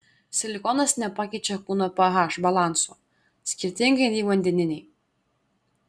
silikonas nepakeičia kūno ph balanso skirtingai nei vandeniniai